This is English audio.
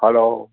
hello